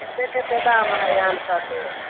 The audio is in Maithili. कते कते दाम हय आम सबके